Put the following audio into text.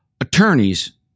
Attorneys